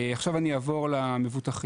עכשיו אני אעבור למבוטחים.